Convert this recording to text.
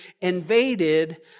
invaded